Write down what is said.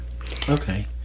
Okay